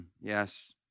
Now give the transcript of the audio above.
yes